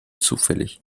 zufällig